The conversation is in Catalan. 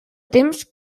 temps